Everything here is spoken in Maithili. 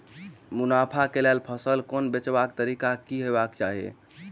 मुनाफा केँ लेल फसल केँ बेचबाक तरीका की हेबाक चाहि?